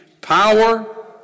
Power